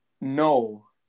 No